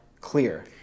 clear